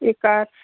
এই কি কয়